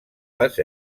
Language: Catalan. les